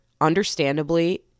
understandably